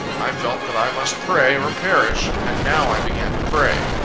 i felt that i must pray, or perish and now i began to pray.